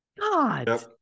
God